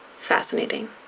fascinating